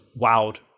wowed